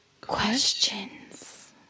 Questions